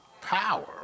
Power